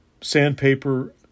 Sandpaper